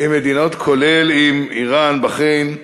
עם מדינות, כולל עם איראן, בחריין.